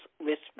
respect